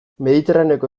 mediterraneoko